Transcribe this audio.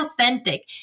authentic